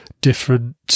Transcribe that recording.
different